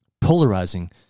Polarizing